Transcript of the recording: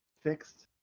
fixed